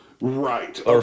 Right